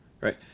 right